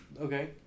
okay